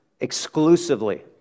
exclusively